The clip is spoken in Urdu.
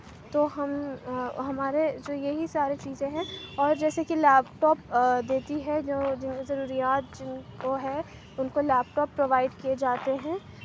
تو ہم ہمارے جو یہی ساری چیزیں ہیں اور جیسے کہ لیپ ٹاپ دیتی ہے جو ضروریات جن کو ہے ان کو لیپ ٹاپ پروائڈ کیے جاتے ہیں